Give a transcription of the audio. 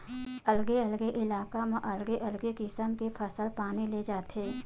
अलगे अलगे इलाका म अलगे अलगे किसम के फसल पानी ले जाथे